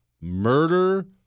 murder